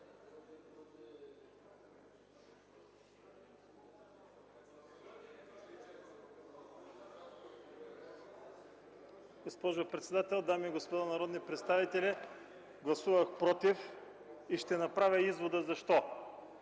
Госпожо председател, дами и господа народни представители! Гласувах против и ще направя извода защо: